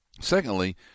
Secondly